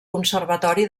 conservatori